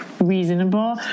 reasonable